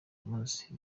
munsi